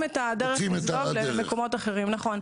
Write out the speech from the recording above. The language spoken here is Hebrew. יוצאים --- נכון.